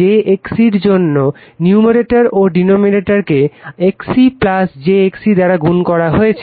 j XC এর জন্য numerator ও ডিনোমিনেটর কে RC j XC দ্বারা গুণ করা হয়েছে